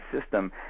system